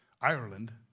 Ireland